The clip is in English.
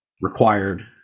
required